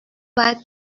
باید